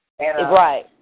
Right